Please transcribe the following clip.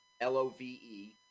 L-O-V-E